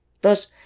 Thus